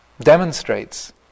demonstrates